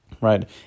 Right